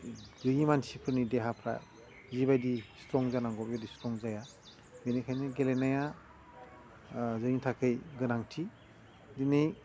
गैयै मानसिफोरनि देहाफ्रा जिबायदि स्ट्रं जानांगौ बेबायदि स्ट्रं जाया बेनिखायनो गेलेनाया जोंनि थाखाय गोनांथि दिनै